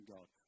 God